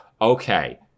okay